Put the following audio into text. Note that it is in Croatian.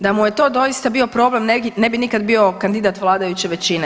Da mu je to doista bio problem, ne bi nikad bio kandidat vladajuće većine.